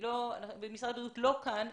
משרד הבריאות לא כאן,